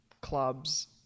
clubs